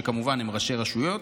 שכמובן הם ראשי רשויות,